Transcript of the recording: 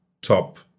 top